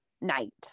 night